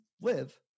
live